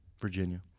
Virginia